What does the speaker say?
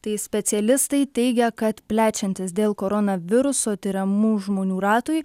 tai specialistai teigia kad plečiantis dėl koronaviruso tiriamų žmonių ratui